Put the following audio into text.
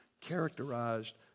characterized